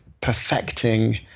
perfecting